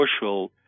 social